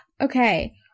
okay